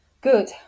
good